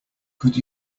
could